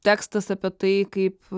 tekstas apie tai kaip